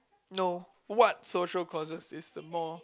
no what social causes is the more